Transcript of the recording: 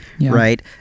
right